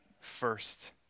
first